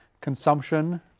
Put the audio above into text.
consumption